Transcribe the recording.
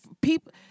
people